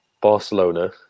Barcelona